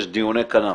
יש דיוני כנף,